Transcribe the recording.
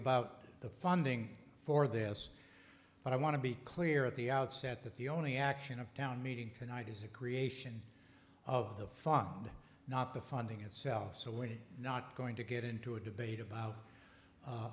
about the funding for this but i want to be clear at the outset that the only action a town meeting tonight is the creation of the fun not the funding itself so we're not going to get into a debate about